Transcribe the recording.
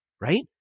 right